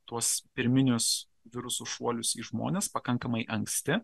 tuos pirminius virusų šuolius į žmones pakankamai anksti